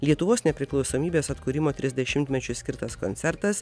lietuvos nepriklausomybės atkūrimo trisdešimtmečiui skirtas koncertas